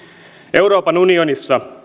euroopan unionissa